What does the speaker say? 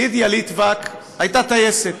לידיה ליטבק הייתה טייסת,